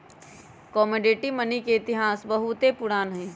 commodity money के इतिहास बहुते पुरान हइ